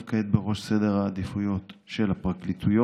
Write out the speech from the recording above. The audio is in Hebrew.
כעת בראש סדר העדיפויות של הפרקליטויות,